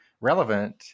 relevant